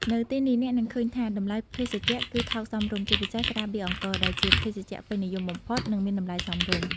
នៅទីនេះ អ្នកនឹងឃើញថា តម្លៃភេសជ្ជៈគឺថោកសមរម្យ ជាពិសេស ស្រាបៀរអង្គរ ដែលជាភេសជ្ជៈពេញនិយមបំផុត និងមានតម្លៃសមរម្យ។